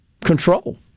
control